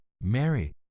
Mary